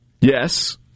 yes